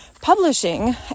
publishing